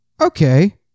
okay